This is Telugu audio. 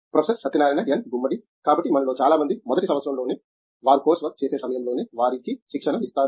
ప్రొఫెసర్ సత్యనారాయణ ఎన్ గుమ్మడి కాబట్టి మనలో చాలా మంది మొదటి సంవత్సరంలోనే వారు కోర్సు వర్క్ చేసే సమయం లోనే వారికి శిక్షణ ఇస్తారు